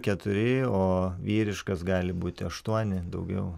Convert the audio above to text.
keturi o vyriškas gali būti aštuoni daugiau